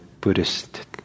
Buddhist